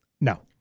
No